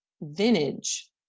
vintage